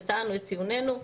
טענו את טיעוננו.